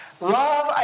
Love